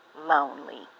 Lonely